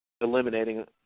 eliminating